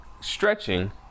stretching